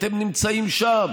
אתם נמצאים שם,